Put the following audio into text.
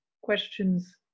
questions